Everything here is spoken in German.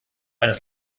eines